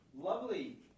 lovely